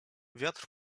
wiatr